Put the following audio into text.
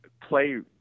play